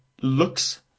looks